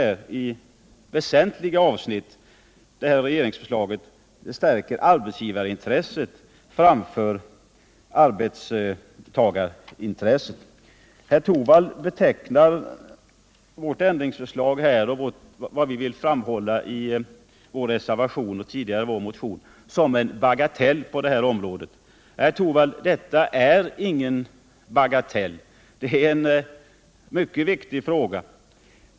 Härigenom förstärker regeringsförslaget i väsentliga avsnitt arbetsgivarintresset framför arbetstagarintresset. Herr Torwald betecknar det som vi velat peka på i vårt ändringsförslag, i vår reservation och tidigare i vår motion, som en bagatell. Herr Torwald! Detta är ingen bagatell utan en mycket viktig fråga.